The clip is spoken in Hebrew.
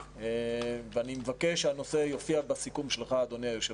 אני מבקש שזה יופיע בסיכום שלך, אדוני היושב-ראש.